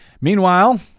Meanwhile